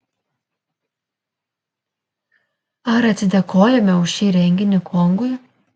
ar atsidėkojame už šį renginį kongui